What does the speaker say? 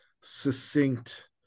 succinct